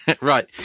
right